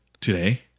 Today